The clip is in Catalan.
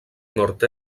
nord